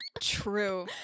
true